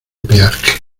peaje